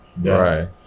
Right